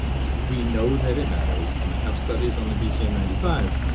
we know that it matters and i have studies on the bcm ninety five,